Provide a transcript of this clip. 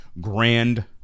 Grand